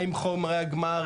האם חומרי הגמר,